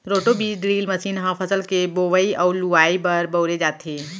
roto बीज drill machine ह फसल के बोवई बर अउ लुवाई बर बउरे जाथे